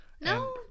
No